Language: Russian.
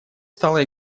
стала